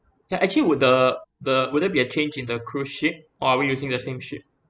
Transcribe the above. ya actually would the the would there be a change in the cruise ship or are we using the same ship